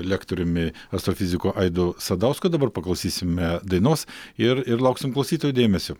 lektoriumi astrofiziku aidu sadausku dabar paklausysime dainos ir ir lauksim klausytojų dėmesio